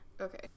Okay